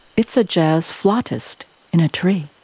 it's a jazz flautist in a tree.